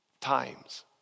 Times